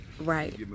Right